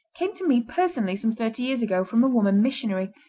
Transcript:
came to me personally some thirty years ago from a woman missionary,